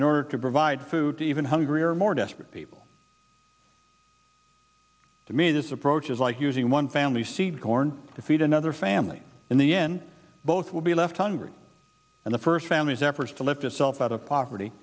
in order to provide food to even hungry or more desperate people to me this approach is like using one family's seed corn to feed another family in the end both will be left congress and the first family's efforts to lift itself out of poverty